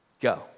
Go